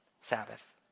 sabbath